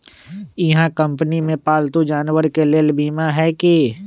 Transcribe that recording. इहा कंपनी में पालतू जानवर के लेल बीमा हए कि?